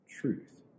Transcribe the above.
truth